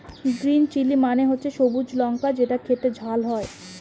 green chilli মানে হচ্ছে সবুজ লঙ্কা যেটা খেতে ঝাল হয়